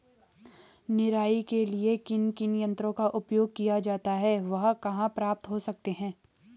निराई के लिए किन किन यंत्रों का उपयोग किया जाता है वह कहाँ प्राप्त हो सकते हैं?